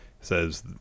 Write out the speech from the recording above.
Says